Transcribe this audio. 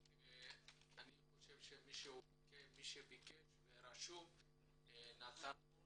אני חושב שמי שביקש ורשום נתנו לו